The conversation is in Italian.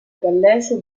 gallese